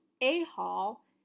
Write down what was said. A-Hall